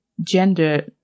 gender